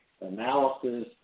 analysis